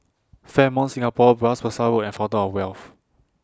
Fairmont Singapore Bras Basah Road and Fountain of Wealth